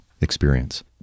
experience